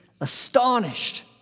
Astonished